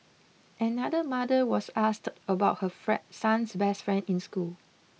another mother was asked about her son's best friend in school